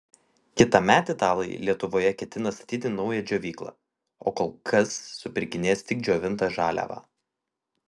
kitąmet italai lietuvoje ketina statyti naują džiovyklą o kol kas supirkinės tik džiovintą žaliavą